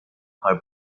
her